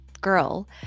girl